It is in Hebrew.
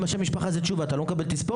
אם השם משפחה זה תשובה, אתה לא מקבל תספורת?